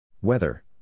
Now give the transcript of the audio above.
Weather